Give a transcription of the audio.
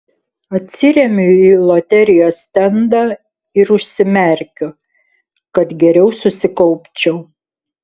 atsiremiu į loterijos stendą ir užsimerkiu kad geriau susikaupčiau